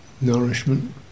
nourishment